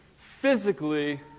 physically